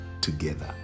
together